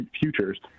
futures